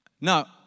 now